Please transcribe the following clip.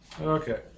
Okay